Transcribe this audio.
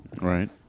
Right